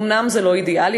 אומנם זה לא אידיאלי,